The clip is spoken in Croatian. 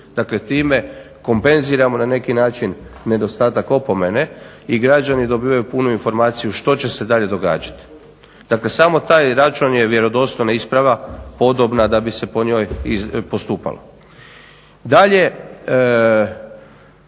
Dakle, time kompenziramo na neki način nedostatak opomene i građani dobivaju punu informaciju što će se dalje događati. Dakle, samo taj račun je vjerodostojna isprava, podobna da bi se po njoj postupalo.